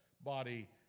body